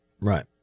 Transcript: Right